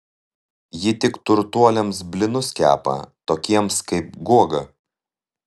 ji tik turtuoliams blynus kepa tokiems kaip guoga